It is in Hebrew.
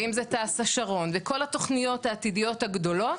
ואם זה תעש השרון וכל התוכניות העתידיות הגדולות